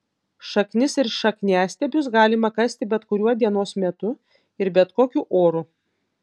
šaknis ir šakniastiebius galima kasti bet kuriuo dienos metu ir bet kokiu oru